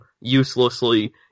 uselessly